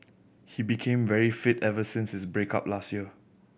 he became very fit ever since his break up last year